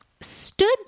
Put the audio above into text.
stood